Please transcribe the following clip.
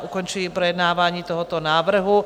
Ukončuji projednávání tohoto návrhu.